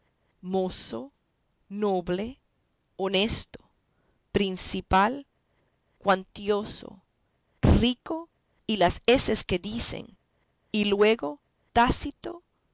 mozo noble onesto principal quantioso rico y las eses que dicen y luego tácito